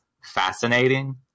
fascinating